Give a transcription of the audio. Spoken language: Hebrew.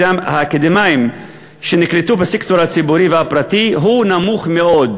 אחוז האקדמאים שנקלטו בסקטור הציבורי והפרטי הוא נמוך מאוד,